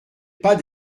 pas